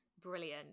brilliant